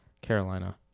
Carolina